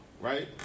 right